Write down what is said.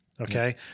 Okay